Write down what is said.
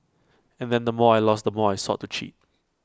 and then the more I lost the more I sought to cheat